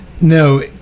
No